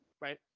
right